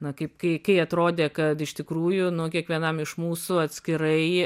na kaip kai kai atrodė kad iš tikrųjų nu kiekvienam iš mūsų atskirai